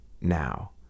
now